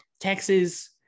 Texas